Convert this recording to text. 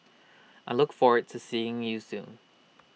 I look forward to seeing you soon